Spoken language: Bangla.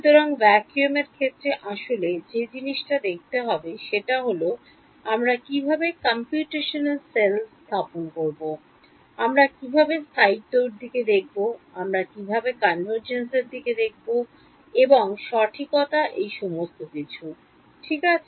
সুতরাং vacuum এর ক্ষেত্রে আসলে যে জিনিসটা দেখতে হবে সেটা হল আমরা কিভাবে computational cell স্থাপন করব আমরা কিভাবে স্থায়িত্ব এর দিকে দেখব আমরা কিভাবে convergence এর দিকে দেখব এবং সঠিকতা এই সমস্ত কিছু ঠিক আছে